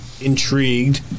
intrigued